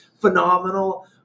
Phenomenal